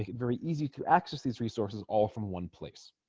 ah very easy to access these resources all from one place